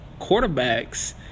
quarterbacks